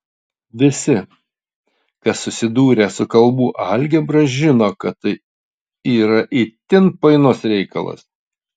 visi kas susidūrę su kalbų algebra žino kad tai yra itin painus reikalas